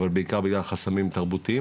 אבל בעיקר בגלל חסמים תרבותיים.